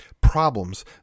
problems